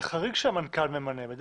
זה חריג שהמנכ"ל ממנה.